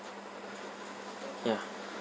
ya